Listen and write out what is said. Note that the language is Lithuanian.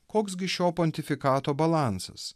koks gi šio pontifikato balansas